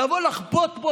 לבוא לחבוט פה?